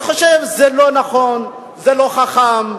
אני חושב שזה לא נכון, לא חכם.